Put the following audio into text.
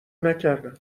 نکردم